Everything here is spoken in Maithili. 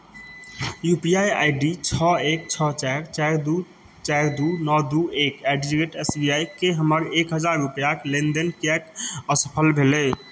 U P I I D छओ एक छओ चारि चारि दू चारि दू नओ दू एक at the rate S B I के हमर एक हजार रुपैआक लेनदेन किएक असफल भेलै